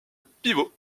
pivot